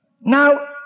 Now